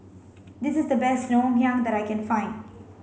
this is the best Ngoh Hiang that I can find